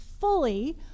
fully